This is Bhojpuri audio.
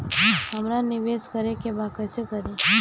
हमरा निवेश करे के बा कईसे करी?